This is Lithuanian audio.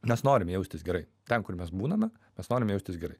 mes norim jaustis gerai ten kur mes būname mes norim jaustis gerai